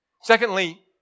Secondly